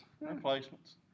Replacements